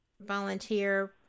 volunteer